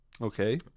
Okay